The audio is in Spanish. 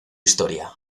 historia